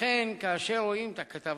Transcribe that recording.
ולכן אני יכול רק לברך על התנופה